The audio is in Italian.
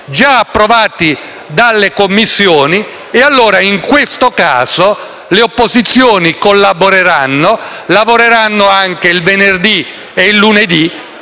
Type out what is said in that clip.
già approvati dalle Commissioni, e in questo caso le opposizioni collaboreranno, lavorando anche il venerdì e il lunedì,